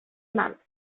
month